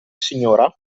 signora